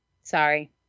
Sorry